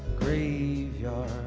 graveyard